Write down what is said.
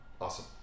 Awesome